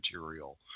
material